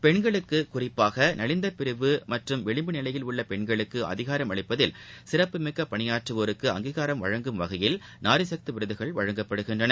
பெண்களுக்குகறிப்பாகநலிந்தபிரிவு மற்றும் விளிம்பு நிலையில் உள்ளபெண்களுக்குஅதிகாரம் அளிப்பதில் சிறப்புமிக்கபணியாற்றுவோருக்கு அங்கீகாரம் அளிக்கும் வகையில் நாரிசக்திவிருதுகள் வழங்கப்படுகின்றன